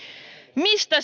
mistä